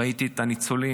ראיתי את הניצולים: